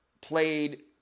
played